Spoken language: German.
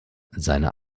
seine